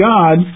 God